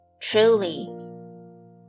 truly